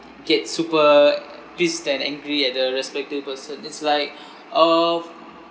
get super pissed and angry at the respective person it's like um